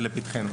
זה לפתחנו.